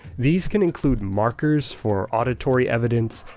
these can include markers for auditory evidence,